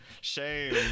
shame